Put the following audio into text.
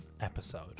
episode